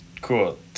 Cool